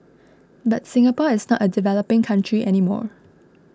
but Singapore is not a developing country any more